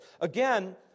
Again